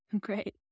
Great